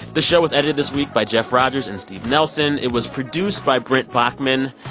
this show was edited this week by jeff rogers and steve nelson. it was produced by brent baughman.